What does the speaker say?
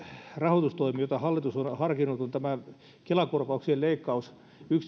rahoitustoimi jota hallitus on harkinnut on tämä kela korvauksien leikkaus yksityisestä